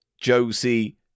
Josie